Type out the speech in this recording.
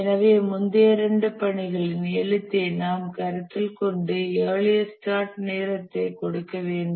எனவே முந்தைய இரண்டு பணிகளின் எழுத்தை நாம் கருத்தில் கொண்டு இயர்லியஸ்ட் ஸ்டார்ட் நேரத்தை கொடுக்க வேண்டும்